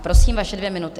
Prosím, vaše dvě minuty.